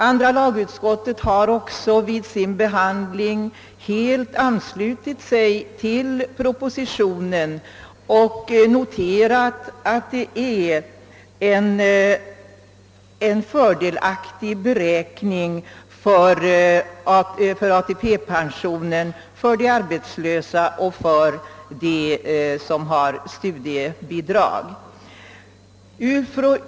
Andra lagutskottet som vid sin behandling helt anslutit sig till propositionen noterar att de fördelaktigare beräkningsreglerna skall tillämpas även beträffande arbetslöshet retroaktivt från 1965 av ATP-pensionen.